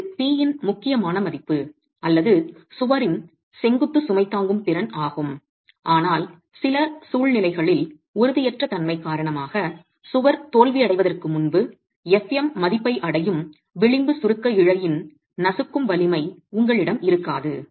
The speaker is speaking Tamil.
இது P இன் முக்கியமான மதிப்பு அல்லது சுவரின் செங்குத்து சுமை தாங்கும் திறன் ஆகும் ஆனால் சில சூழ்நிலைகளில் உறுதியற்ற தன்மை காரணமாக சுவர் தோல்வியடைவதற்கு முன்பு fm மதிப்பை அடையும் விளிம்பு சுருக்க இழையின் நசுக்கும் வலிமை உங்களிடம் இருக்காது